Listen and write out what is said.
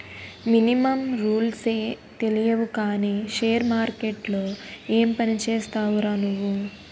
Minimum రూల్సే తెలియవు కానీ షేర్ మార్కెట్లో ఏం పనిచేస్తావురా నువ్వు?